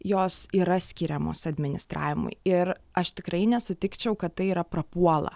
jos yra skiriamos administravimui ir aš tikrai nesutikčiau kad tai yra prapuola